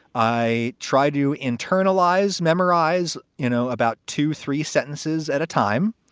i try to internalize, memorize, you know, about two, three sentences at a time.